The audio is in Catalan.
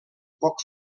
poc